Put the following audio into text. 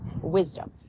wisdom